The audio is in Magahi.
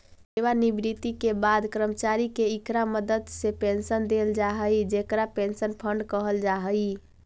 सेवानिवृत्ति के बाद कर्मचारि के इकरा मदद से पेंशन देल जा हई जेकरा पेंशन फंड कहल जा हई